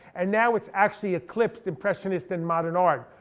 and now it's actually eclipsed impressionist and modern art.